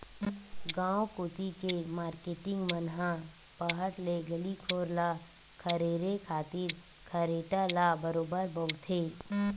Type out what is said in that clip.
गांव कोती के मारकेटिंग मन ह पहट ले गली घोर ल खरेरे खातिर खरेटा ल बरोबर बउरथे